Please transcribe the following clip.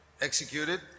executed